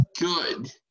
good